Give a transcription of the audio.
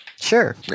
Sure